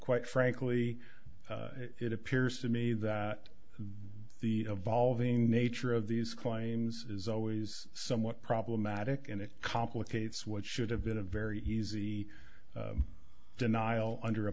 quite frankly it appears to me that the evolving nature of these claims is always somewhat problematic and it complicates what should have been a very easy denial under a